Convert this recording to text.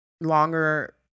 longer